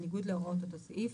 בניגוד להוראות אותו סעיף.